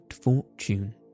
fortune